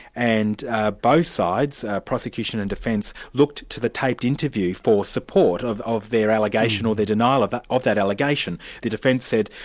and ah both sides, prosecution and defence, looked to the taped interview for support of of their allegation, or the denial of that of that allegation. the defence said,